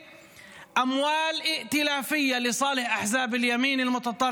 מופע האימים שהיינו חשופים לו בהצבעה על תקציב המדינה,